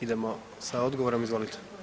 Idemo sa odgovorom, izvolite.